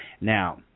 Now